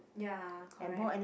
ya correct